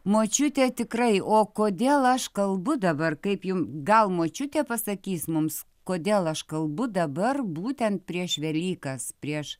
močiute tikrai o kodėl aš kalbu dabar kaip jum gal močiutė pasakys mums kodėl aš kalbu dabar būtent prieš velykas prieš